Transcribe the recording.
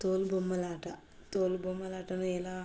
తోలు బొమ్మలాట తోలు బొమ్మలాటని ఎలా